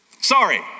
Sorry